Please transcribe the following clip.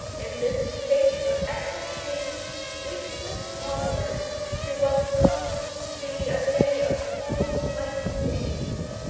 in this state of exaltation we slipped onward to what promised to be a day of all white days